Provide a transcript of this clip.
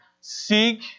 seek